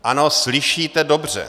Ano, slyšíte dobře.